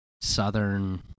Southern